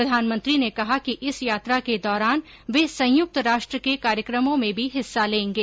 प्रधानमंत्री ने कहा कि इस यात्रा के दौरान वे संयुक्त राष्ट्र के कार्यक्रमों में भी हिस्सा लेंगे